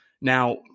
Now